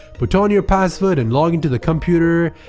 but on your password and login to the computer.